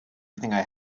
everything